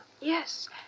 Yes